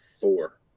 Four